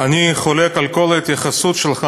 אני חולק על כל ההתייחסות שלך.